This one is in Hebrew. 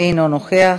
אינו נוכח.